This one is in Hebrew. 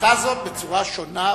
ראתה זאת בצורה שונה בתכלית.